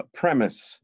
premise